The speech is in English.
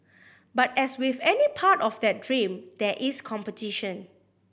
but as with any part of that dream there is competition